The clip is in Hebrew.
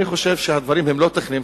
אני חושב שהדברים הם לא טכניים,